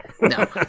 no